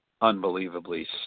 unbelievably